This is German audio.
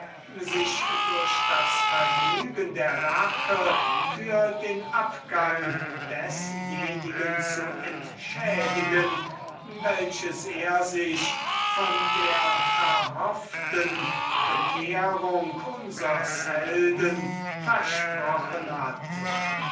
sich durch das vergnügen der rache für den abgang desjenigen zu entschädigen welches er sich von der vermeinten und verhofften bekehrung unsers helden versprochen hatte